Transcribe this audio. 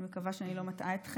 אני מקווה שאני לא מטעה אתכם,